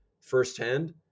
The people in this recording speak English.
firsthand